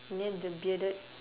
near the bearded